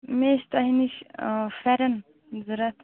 مےٚ ٲسۍ تۄہہِ نِش پھٮ۪رن ضوٚرت